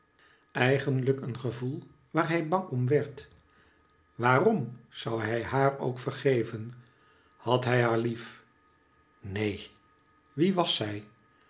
eigenlijk een gevoel waar hij bang om werd waarom zou hij haar ook vergeven had hij haar lief neen wie was zij